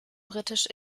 britisch